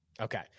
Okay